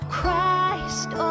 Christ